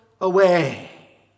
away